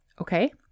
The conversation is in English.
Okay